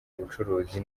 ubucuruzi